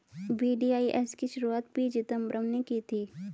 VDIS की शुरुआत P Chidambaram ने की थी